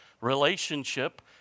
Relationship